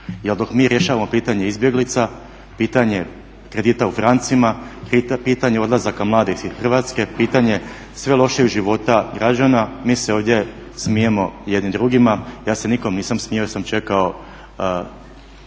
dok mi rješavamo pitanje izbjeglica, pitanje kredita u francima, pitanje odlazaka mladih iz Hrvatske, pitanje sve lošijeg života građana, mi se ovdje smijemo jedni drugima. Ja se nikom nisam smijao jer sam čekao